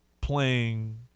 playing